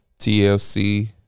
TLC